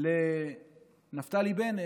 לנפתלי בנט,